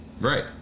Right